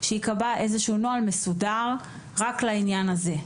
שייקבע איזשהו נוהל מסודר רק לעניין הזה?